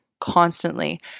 constantly